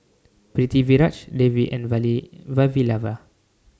Pritiviraj Devi and Vavilala